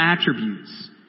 attributes